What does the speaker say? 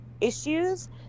issues